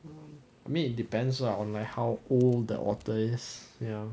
mean it depends lah on like how old the otter is ya